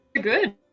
good